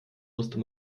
musste